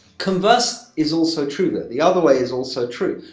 converse is also true though the other way is also true.